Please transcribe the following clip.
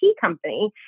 company